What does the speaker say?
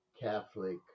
Catholic